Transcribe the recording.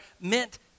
meant